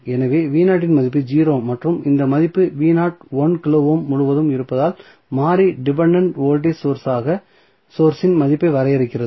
எனவே மதிப்பு 0 மற்றும் இந்த மதிப்பு 1 கிலோ ஓம் முழுவதும் இருப்பதால் மாறி டிபென்டென்ட் வோல்டேஜ் சோர்ஸ் இன் மதிப்பை வரையறுக்கிறது